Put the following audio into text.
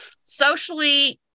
Socially